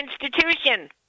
institution